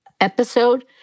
episode